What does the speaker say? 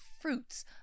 fruits